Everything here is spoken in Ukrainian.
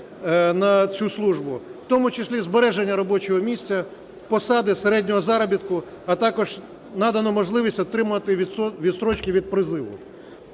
на цю службу. В тому числі і збереження робочого місця, посад і середнього заробітку, а також надану можливість отримати відстрочки від призиву.